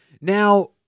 Now